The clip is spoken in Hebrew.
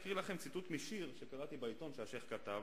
אקרא לכם ציטוט משיר שקראתי בעיתון, שהשיח' כתב.